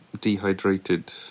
dehydrated